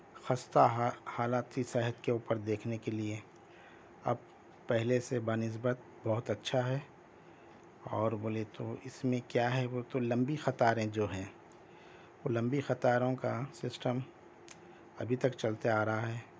خستہ یا حالت تھی صحت کے اوپر دیکھنے کے لئے اب پہلے سے بہ نسبت بہت اچھا ہے اور بولے تو اس میں کیا ہے وہ تو لمبی قطاریں جو ہیں وہ لمبی قطاروں کا سسٹم ابھی تک چلتے آ رہا ہے